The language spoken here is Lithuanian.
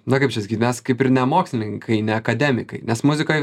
na kaip čia sakyt mes kaip ir ne mokslininkai ne akademikai nes muzikoj